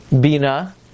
Bina